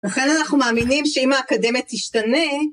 לכן אנחנו מאמינים שאם האקדמיה תשתנה,